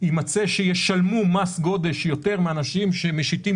יימצא שישלמו מס גודש יותר מאנשים שמשיתים